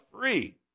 free